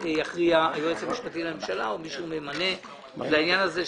יכריע היועץ המשפטי לממשלה או מי שהוא ימנה לעניין הזה,